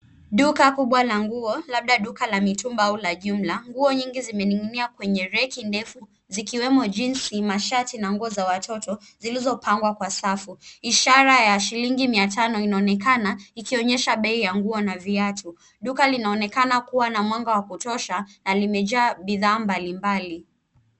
Duka kubwa la nguo, labda duka la mitumba au la jumla. Nguo nyingi zimeining’inia kwenye reki ndefu, zikiwemo jinzi, mashati na nguo za watoto zilizopangwa kwa safu. Ishara ya shilingi mia tano inaonekana, ikionyesha bei ya nguo na viatu. Duka linaonekana kuwa na mwanga wa kutosha na limejaa bidhaa mbalimbali.